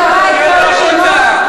אני קוראת אותך לסדר.